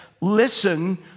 listen